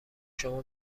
شما